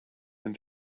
and